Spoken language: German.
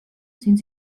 sind